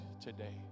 today